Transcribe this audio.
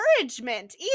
encouragement